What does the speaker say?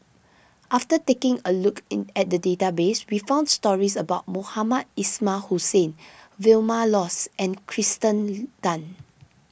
after taking a look in at the database we found stories about Mohamed Ismail Hussain Vilma Laus and Kirsten Tan